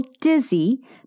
dizzy